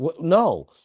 No